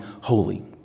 holy